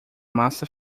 massa